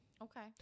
Okay